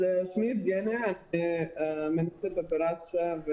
אני מנהלת אופרציה,